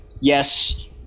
yes